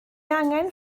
angen